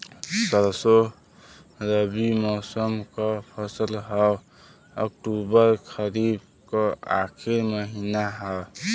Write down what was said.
सरसो रबी मौसम क फसल हव अक्टूबर खरीफ क आखिर महीना हव